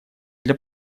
для